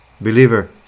Believer